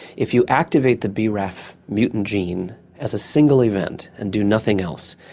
if you activate the braf mutant gene as a single event and do nothing else,